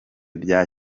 bya